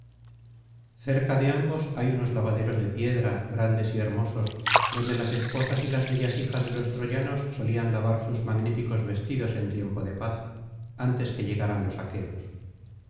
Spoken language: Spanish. cerca de ambos hay unos lavaderos de piedra grandes y hermosos donde las esposas y las bellas hijas de los troyanos solían lavar sus magníficos vestidos en tiempo de paz antes que llegaran los aqueos